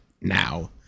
now